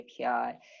API